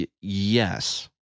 Yes